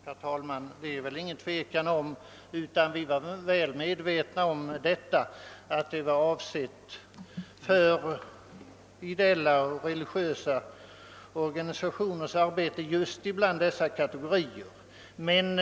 Herr talman! Det är väl ingen tvekan om att vi är väl medvetna om att den utökning av anslaget som motionärerna föreslår är avsedd för ideella och religiösa organisationers arbete just inom den här kategorin människor.